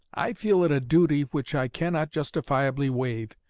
i feel it a duty which i cannot justifiably waive,